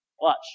Watch